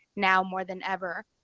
now more than ever.